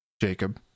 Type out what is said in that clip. Jacob